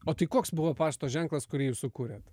o tai koks buvo pašto ženklas kurį jūs sukūrėt